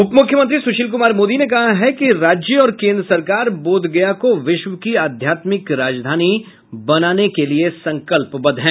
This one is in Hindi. उप मुख्यमंत्री सुशील कुमार मोदी ने कहा है कि राज्य और केंद्र सरकार बोधगया को विश्व की अध्यात्मिक राजधानी बनाने के लिये संकल्पबद्ध है